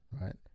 right